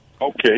Okay